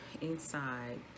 inside